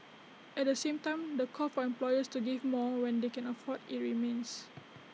at the same time the call for employers to give more when they can afford IT remains